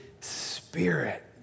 Spirit